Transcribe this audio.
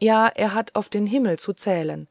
ja er hat auf den himmel zu zählen